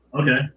Okay